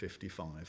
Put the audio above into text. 1955